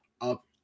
up